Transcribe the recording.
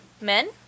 men